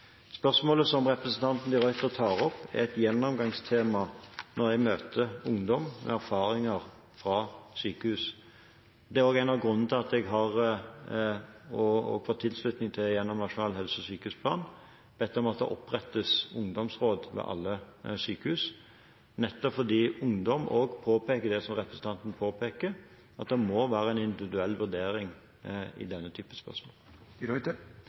Spørsmålet som representanten de Ruiter tar opp, er et gjennomgangstema når jeg møter ungdom med erfaringer fra sykehus. Det er også en av grunnene til at jeg har – og fått tilslutning til gjennom Nasjonal helse- og sykehusplan – bedt om at det opprettes ungdomsråd ved alle sykehus, nettopp fordi ungdom også påpeker det som representanten påpeker, at det må være en individuell vurdering i denne typen spørsmål.